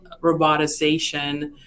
robotization